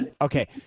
Okay